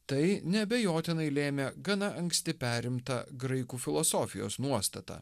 tai neabejotinai lėmė gana anksti perimta graikų filosofijos nuostata